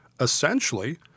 essentially